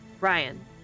Ryan